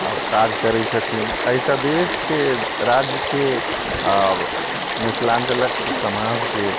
काज करै छथिन एहिसँ देशके राज्यके आओर मिथिलाञ्चलक समाजके